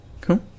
Cool